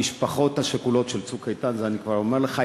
המשפחות השכולות של "צוק איתן" זה אני כבר אומר לך,